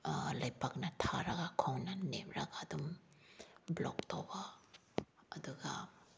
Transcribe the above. ꯂꯩꯄꯥꯛꯅ ꯊꯥꯔꯒ ꯈꯣꯡꯅ ꯅꯦꯠꯂꯒ ꯑꯗꯨꯝ ꯕ꯭ꯂꯣꯛ ꯇꯧꯕ ꯑꯗꯨꯒ